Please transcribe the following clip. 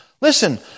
Listen